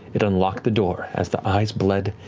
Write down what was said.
it unlocked the door, as the eyes bled,